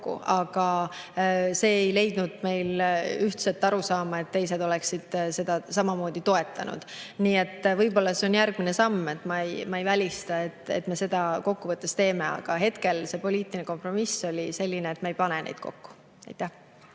aga me ei leidnud ühtset arusaama, nii et teised oleksid seda samamoodi toetanud. Võib-olla see on järgmine samm. Ma ei välista, et me seda kokkuvõttes teeme. Aga hetkel oli poliitiline kompromiss selline, et me ei pane neid kokku. Tanel